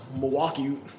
Milwaukee